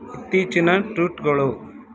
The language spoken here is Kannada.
ಇತ್ತೀಚಿನ ಟೂಟ್ಗಳು